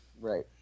Right